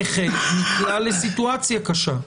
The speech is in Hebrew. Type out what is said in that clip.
נכד, נקלע לסיטואציה קשה.